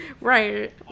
Right